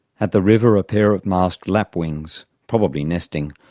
at the river a pair of masked lapwings, probably nesting,